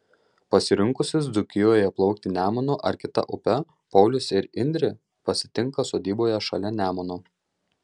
pasirinkusius dzūkijoje plaukti nemunu ar kita upe paulius ir indrė pasitinka sodyboje šalia nemuno